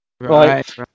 Right